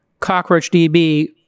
CockroachDB